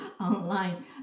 online